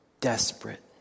desperate